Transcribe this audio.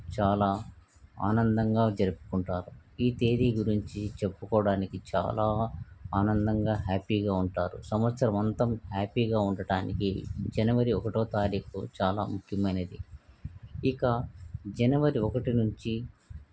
చాలా ఆనందంగా జరుపుకుంటారు ఈ తేదీ గురించి చెప్పుకోవడానికి చాలా ఆనందంగా హ్యాపీగా ఉంటారు సంవత్సరం అంతా హ్యాపీగా ఉండటానికి జనవరి ఒకటో తారీఖు చాలా ముఖ్యమైనది ఇక జనవరి ఒకటి నుంచి